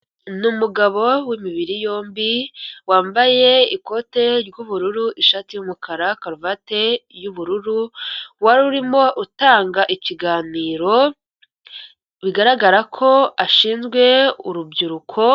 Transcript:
Ni umugabo w'imibiri yombi, wambaye ikote ry'ubururu ishati y'umukara karuvate y'ubururu, wari urimo utanga ikiganiro bigaragara ko ashinzwe urubyiruko,